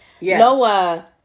Noah